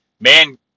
man